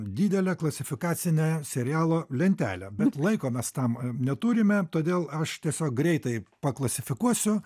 didelę klasifikacinę serialo lentelę bet laiko mes tam neturime todėl aš tiesiog greitai paklasifikuosiu